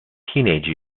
teenage